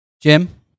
Jim